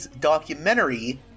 documentary